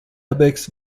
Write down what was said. airbags